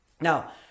Now